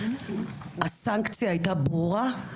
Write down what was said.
הסנקציה הייתה ברורה,